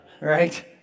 right